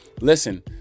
listen